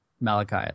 Malachi